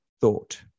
thought